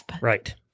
Right